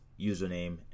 username